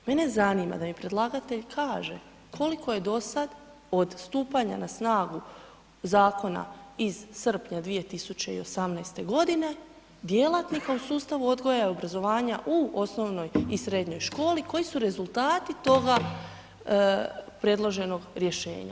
Mene zanima da mi predlagatelj kaže koliko je dosad od stupanja na snagu zakona iz srpnja 2018. g. djelatnika u sustavu odgoja i obrazovanja u osnovnoj i srednjoj školi, koji su rezultati toga predloženog rješenja.